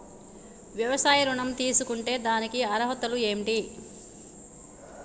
వ్యవసాయ ఋణం తీసుకుంటే దానికి అర్హతలు ఏంటి?